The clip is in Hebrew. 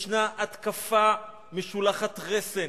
יש התקפה משולחת רסן